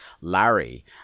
Larry